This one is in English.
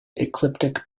ecliptic